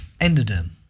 endoderm